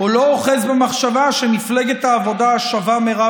או לא אוחז במחשבה שמפלגת העבודה שווה מרב